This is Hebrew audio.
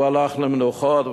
הוא הלך למנוחות,